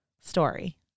story